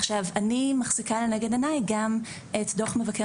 עכשיו אני מחזיקה לנגד עיניי גם את דו"ח מבקר